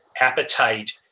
appetite